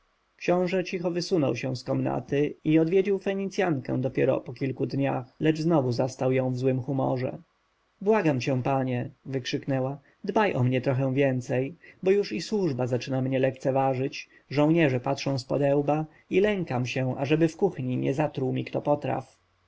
książę cicho wysunął się z komnaty i odwiedził fenicjankę dopiero po kilku dniach lecz znowu zastał ją w złym humorze błagam cię panie wykrzyknęła dbaj o mnie trochę więcej bo już i służba zaczyna mnie lekceważyć żołnierze patrzą zpodełba i lękam się ażeby w kuchni nie zatruł mi kto potraw